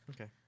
Okay